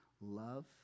love